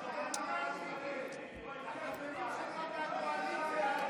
לחברים שלך מהקואליציה אתה נותן הודעות אישיות.